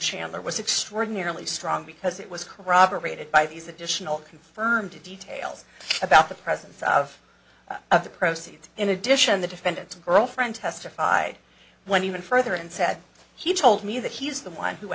chandler was extraordinarily strong because it was corroborated by these additional confirmed details about the presence of of the proceeds in addition the defendant's girlfriend testified when even further and said he told me that he is the one who